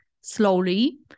slowly